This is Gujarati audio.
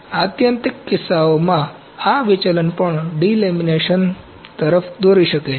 આત્યંતિક કિસ્સાઓમાં આ વિચલન પણ ડિલેમિનેશન તરફ દોરી શકે છે